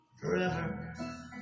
forever